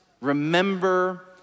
Remember